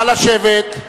נא לשבת.